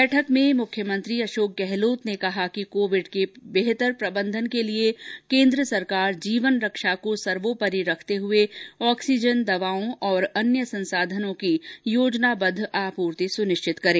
बैठक में मुख्यमंत्री अशोक गहलोत ने कहा कि कोविड के बेहतर प्रबंधन के लिए केन्द्र सरकार जीवन रक्षा को सर्वोपर्रि रखते हुए ऑक्सीजन दवाओं और अन्य संसाधनों की योजनाबद्व आपूर्ति सुनिश्चित करें